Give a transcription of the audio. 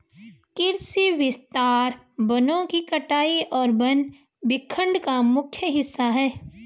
कृषि विस्तार वनों की कटाई और वन विखंडन का मुख्य हिस्सा है